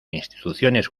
instituciones